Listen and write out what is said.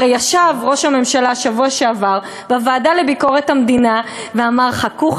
הרי ישב ראש הממשלה בשבוע שעבר בוועדה לביקורת המדינה ואמר: חכו,